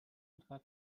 аргаар